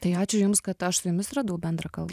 tai ačiū jums kad aš su jumis radau bendrą kalbą